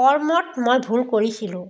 কৰ্মত মই ভুল কৰিছিলোঁ